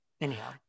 Anyhow